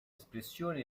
espressione